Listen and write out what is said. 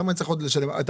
למה אני צריך לשלם עוד?